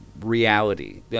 reality